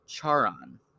Charon